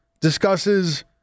discusses